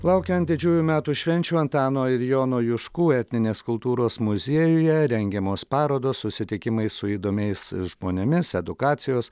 laukiant didžiųjų metų švenčių antano ir jono juškų etninės kultūros muziejuje rengiamos parodos susitikimai su įdomiais žmonėmis edukacijos